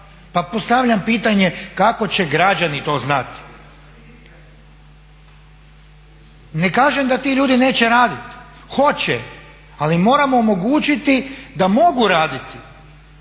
pa postavljam pitanje kako će građani to znati. Ne kažem da ti ljudi neće radit, hoće, ali moramo omogućiti da mogu raditi,